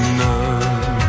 none